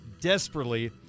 desperately